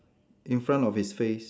in front of his face